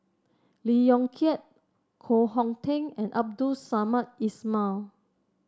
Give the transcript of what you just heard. Lee Yong Kiat Koh Hong Teng and Abdul Samad Ismail